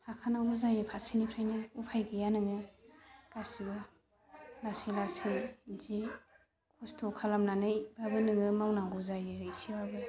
हाखानांगौ जायो फारसेनिफ्रायनो उफाय गैया नोङो गासैबो लासै लासै बिदि खस्त' खालामनानैबाबो नोङो मावनांगौ जायो इसेबाबो